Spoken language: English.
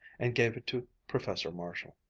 and gave it to professor marshall.